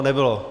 Nebylo.